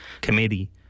Committee